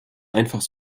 einfach